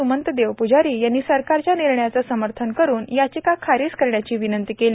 सुमंत देवपुजारी यांनी सरकारच्या निर्णयाचे समर्थन करून याचिका खारीज करण्याची विनंती केली